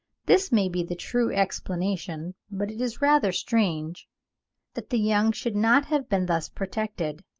this may be the true explanation, but it is rather strange that the young should not have been thus protected,